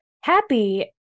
Happy